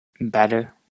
better